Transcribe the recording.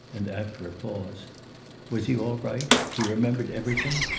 and after a pause was he all right? he remembered everything?